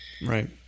Right